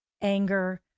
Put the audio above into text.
anger